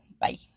Bye